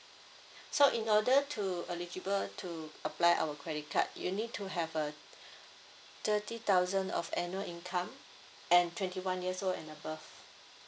so in order to eligible to apply our credit card you need to have a thirty thousand of annual income and twenty one years old and above